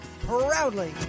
proudly